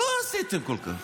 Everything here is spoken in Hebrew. לא עשיתם כל כך,